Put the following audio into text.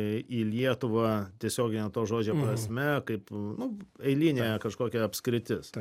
į lietuvą tiesiogine to žodžio prasme kaip nu eilinė kažkokia apskritis